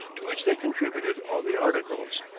to which they contributed all the articles.